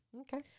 Okay